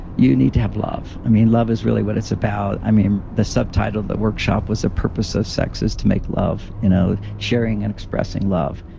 you need to have love. i mean, love is really what it's about. i mean, the subtitle that workshop was the purpose of sex is to make love, you know sharing and expressing love.